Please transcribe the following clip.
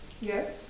yes